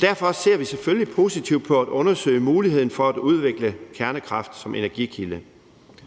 Derfor ser vi selvfølgelig positivt på at undersøge muligheden for at udvikle kernekraft som energikilde.